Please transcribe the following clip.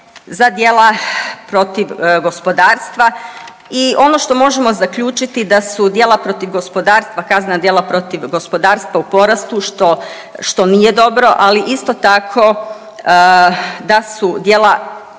za djela protiv gospodarstva i ono što možemo zaključiti da su djela protiv gospodarstva, kaznena djela protiv gospodarstva u porastu, što nije dobro, ali isto tako, da su djela,